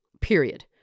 Period